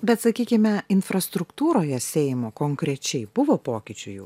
bet sakykime infrastruktūroje seimo konkrečiai buvo pokyčių ju